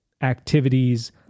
activities